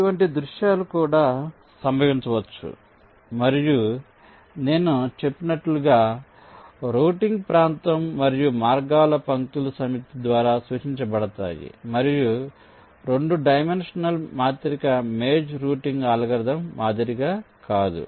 ఇటువంటి దృశ్యాలు కూడా సంభవించవచ్చు మరియు నేను చెప్పినట్లుగా రౌటింగ్ ప్రాంతం మరియు మార్గాలు పంక్తుల సమితి ద్వారా సూచించబడతాయి మరియు 2 డైమెన్షనల్ మాత్రిక మేజ్ రూటింగ్ అల్గోరిథం మాదిరిగా కాదు